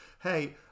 hey